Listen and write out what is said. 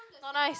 not nice